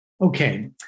Okay